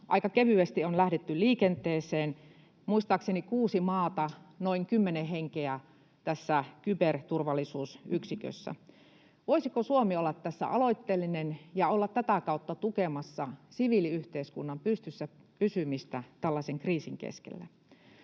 aika kevyesti on lähdetty liikenteeseen — muistaakseni kuusi maata, noin kymmenen henkeä, on tässä kyberturvallisuusyksikössä. Voisiko Suomi olla tässä aloitteellinen ja olla tätä kautta tukemassa siviiliyhteiskunnan pystyssä pysymistä tällaisen kriisin keskellä?